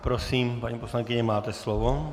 Prosím, paní poslankyně, máte slovo.